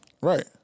Right